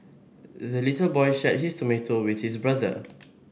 the little boy shared his tomato with his brother